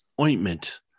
ointment